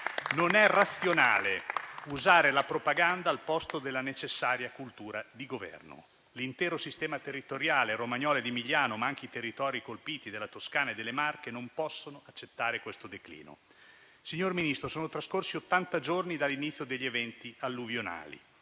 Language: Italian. Non è razionale usare la propaganda al posto della necessaria cultura di Governo. L'intero sistema territoriale romagnolo ed emiliano, ma anche i territori colpiti della Toscana e delle Marche, non possono accettare questo declino. Signor Ministro, sono trascorsi ottanta giorni dall'inizio degli eventi alluvionali: